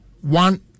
one